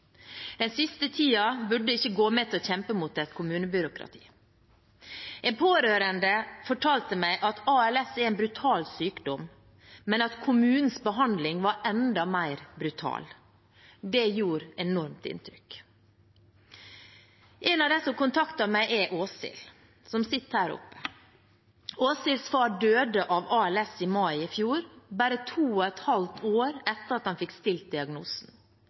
Den siste tiden burde ikke gå med til å kjempe mot et kommunebyråkrati. En pårørende fortalte meg at ALS er en brutal sykdom, men at kommunens behandling var enda mer brutal. Det gjorde et enormt inntrykk. En av dem som har kontaktet meg, er Åshild, som sitter oppe på galleriet i dag. Åshilds far døde av ALS i mai i fjor – bare to og et halvt år etter at han fikk stilt diagnosen.